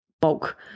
bulk